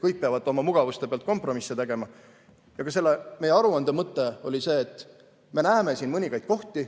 kõik peavad oma mugavuste pealt kompromisse tegema. Ka selle meie aruande mõte oli see, et me näeme siin mõningaid kohti,